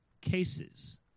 cases